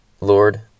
Lord